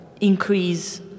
increase